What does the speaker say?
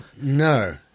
No